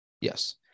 Yes